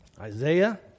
Isaiah